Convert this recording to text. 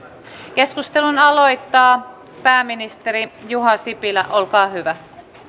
keskustelun aloittaa pääministeri juha sipilä olkaa hyvä